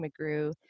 McGrew